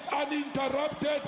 uninterrupted